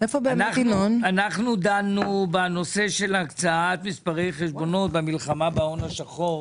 אנחנו דנו בנושא של הקצאת מספרי חשבוניות במלחמה בהון השחור.